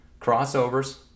crossovers